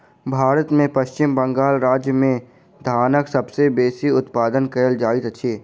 भारत में पश्चिम बंगाल राज्य में धानक सबसे बेसी उत्पादन कयल जाइत अछि